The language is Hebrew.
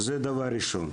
זה דבר ראשון.